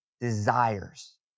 desires